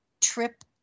trip